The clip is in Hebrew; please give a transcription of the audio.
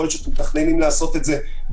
יכול להיות שהם מתכננים לעשות את זה בהמשך,